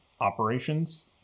operations